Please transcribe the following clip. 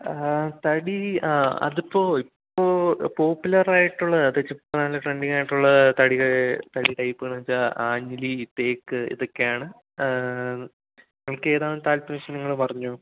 തടി അതിപ്പോൾ ഇപ്പോൾ പോപ്പുലറായിട്ടുള്ള അത് വെച്ചാൽ നല്ല ട്രെൻഡിങ്ങായിട്ടുള്ള തടി തടി ടൈപ്പുകളെന്നു വെച്ചാൽ ആഞ്ഞിലി തേക്ക് ഇതൊക്കെയാണ് നിങ്ങൾക്കേതാണ് താല്പര്യം വെച്ചാൽ നിങ്ങൾ പറഞ്ഞോളൂ